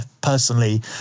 personally